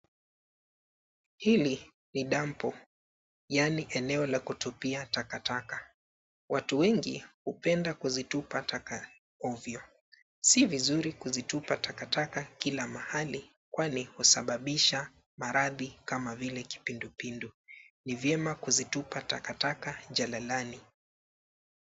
Hili ni dampu, yaani eneo la kutupia takataka. Watu wengi hupenda kuzitupa taka ovyo. Si vizuri kuzitupa takataka kila mahali kwani husababisha maradhi kama vile kipindupindu. Ni vyema kuzitupa takataka jalalani.